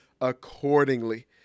accordingly